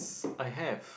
I have